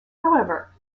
however